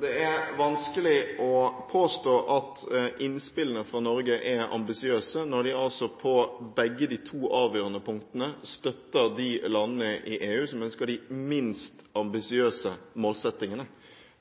Det er vanskelig å påstå at innspillene fra Norge er ambisiøse, når de på begge de to avgjørende punktene støtter de landene i EU som ønsker de minst ambisiøse målsettingene.